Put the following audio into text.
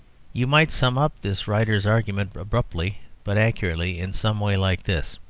you might sum up this writer's argument abruptly, but accurately, in some way like this